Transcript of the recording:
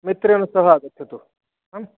मित्रेण सह आगच्छतु